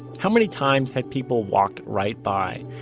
how many times had people walked right by,